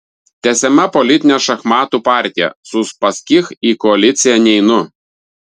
tęsiama politinė šachmatų partija su uspaskich į koaliciją neinu